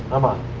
i'm up.